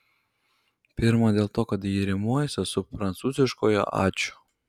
pirma dėl to kad ji rimuojasi su prancūziškuoju ačiū